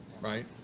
right